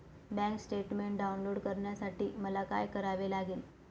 Bank statement download करण्यासाठी मला काय करावे लागेल?